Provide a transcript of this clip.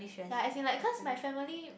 ya as in like cause my family